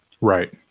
Right